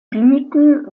blüten